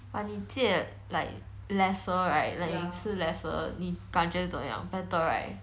but 你戒 like lesser right like 你吃 lesser like 你感觉在怎么样